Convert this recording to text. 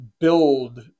build